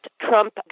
Trump